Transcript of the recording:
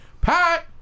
Pat